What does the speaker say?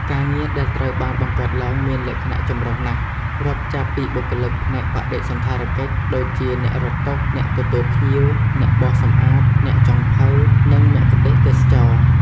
ការងារដែលត្រូវបានបង្កើតឡើងមានលក្ខណៈចម្រុះណាស់ រាប់ចាប់ពីបុគ្គលិកផ្នែកបដិសណ្ឋារកិច្ច ដូចជា អ្នករត់តុ អ្នកទទួលភ្ញៀវ អ្នកបោសសម្អាត អ្នកចុងភៅ និង មគ្គុទ្ទេសក៍ទេសចរណ៍។